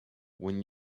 when